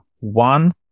One